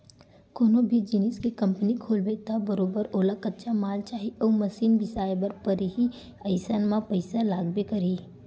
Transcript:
कोनो भी जिनिस के कंपनी खोलबे त बरोबर ओला कच्चा माल चाही अउ मसीन बिसाए बर परही अइसन म पइसा लागबे करही